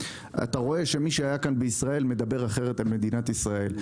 אתה רואה שמי שהיה כאן בישראל מדבר אחרת על מדינת ישראל.